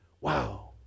Wow